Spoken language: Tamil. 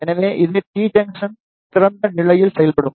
எனவே இது டி ஜங்சன் திறந்த நிலையில் செயல்படும்